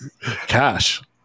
cash